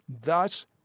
thus